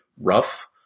rough